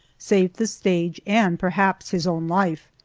saved the stage and perhaps his own life.